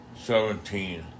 seventeen